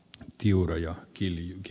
juroja kiiski